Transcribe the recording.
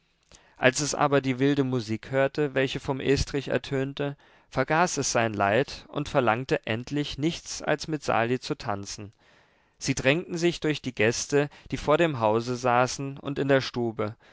als es aber die wilde musik hörte welche vom estrich ertönte vergaß es sein leid und verlangte endlich nichts als mit sali zu tanzen sie drängten sich durch die gäste die vor dem hause saßen und in der stube